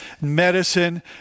medicine